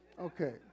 Okay